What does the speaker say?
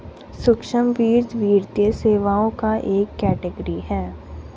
सूक्ष्म वित्त, वित्तीय सेवाओं का एक कैटेगरी है